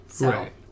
Right